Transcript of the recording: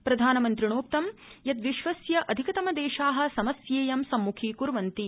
प्रधानमन्त्रिणोक्तं यत् विश्वस्य अधिकतमदेशा समस्येयं सम्मुखीकूर्वन्ति